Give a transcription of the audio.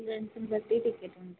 ఈవెంట్స్ని బట్టి టికెట్ ఉంటుందండి